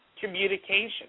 communication